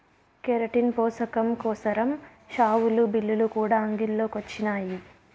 keratin పోసకం కోసరం షావులు, బిల్లులు కూడా అంగిల్లో కొచ్చినాయి